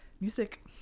music